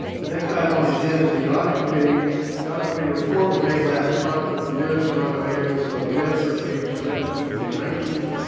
the next item on the agenda is the audit committee the audit committee report was made last month, but the minutes were not available, so the minutes are at page seventeen nineteen.